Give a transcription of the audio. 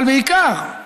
אבל בעיקר,